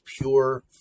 pure